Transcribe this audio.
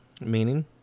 Meaning